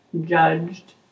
judged